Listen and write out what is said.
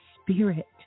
spirit